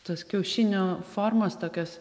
tas kiaušinio formos tokios